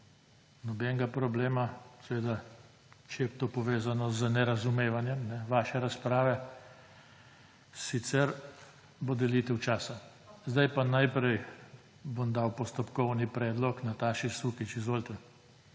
(nadaljevanje) seveda, če je to povezano z nerazumevanjem vaše razprave, sicer bo delitev časa. Zdaj pa najprej dajem besedo za postopkovni predlog Nataši Sukič. Izvolite.